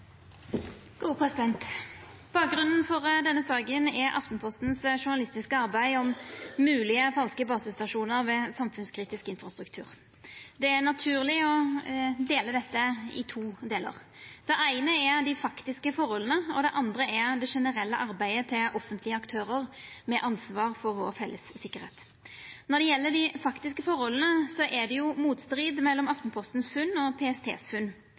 Aftenpostens journalistiske arbeid om moglege falske basestasjonar ved samfunnskritisk infrastruktur. Det er naturleg å dela dette i to delar: Det eine er dei faktiske forholda, og det andre er det generelle arbeidet til offentlege aktørar med ansvar for vår felles sikkerheit. Når det gjeld dei faktiske forholda, er det motstrid mellom Aftenpostens funn og